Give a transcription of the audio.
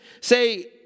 say